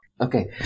Okay